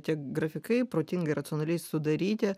tie grafikai protingai racionaliai sudaryti